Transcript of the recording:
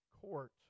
court